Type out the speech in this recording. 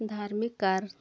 धार्मिक कार्य